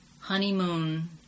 honeymoon